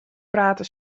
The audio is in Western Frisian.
prate